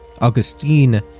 Augustine